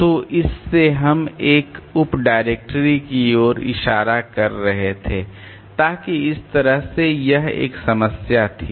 तो इस से हम एक उप डायरेक्टरी की ओर इशारा कर रहे थे ताकि इस तरह से यह एक समस्या थी